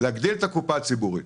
להגדיל את הקופה הציבורית.